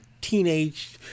teenage